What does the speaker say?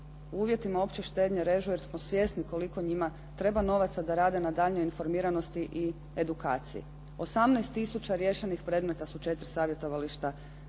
uvjetima opće štednje režu jer smo svjesni koliko njima treba novaca da rade na daljnjoj informiranosti i edukaciji. 18000 riješenih predmeta su 4 savjetovališta